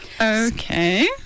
okay